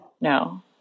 No